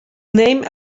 named